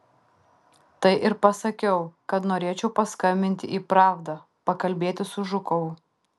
tai ir pasakiau kad norėčiau paskambinti į pravdą pakalbėti su žukovu